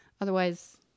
otherwise